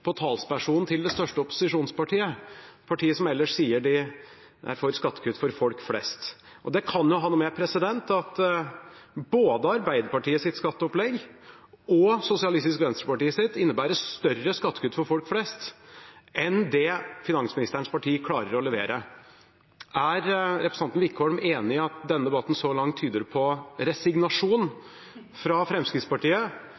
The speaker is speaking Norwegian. på talspersonen til det største opposisjonspartiet, partiet som ellers sier de er for skattekutt for folk flest. Det kan jo ha noe med at både Arbeiderpartiets og Sosialistisk Venstrepartis skatteopplegg innebærer større skattekutt for folk flest enn det finansministerens parti klarer å levere. Er representanten Wickholm enig i at denne debatten så langt tyder på